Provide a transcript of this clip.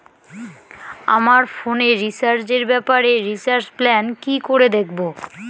আমার ফোনে রিচার্জ এর ব্যাপারে রিচার্জ প্ল্যান কি করে দেখবো?